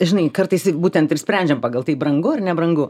žinai kartais būtent ir sprendžiam pagal tai brangu ar nebrangu